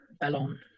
Ballon